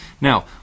Now